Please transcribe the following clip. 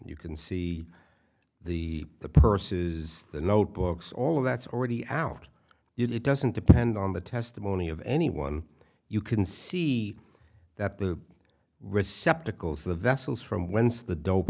you can see the purses the notebooks all of that's already out it doesn't depend on the testimony of anyone you can see that the receptacles the vessels from whence the do